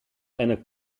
and